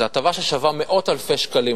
זו הטבה ששווה מאות אלפי שקלים,